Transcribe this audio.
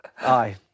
Aye